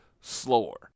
slower